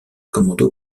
commando